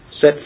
Set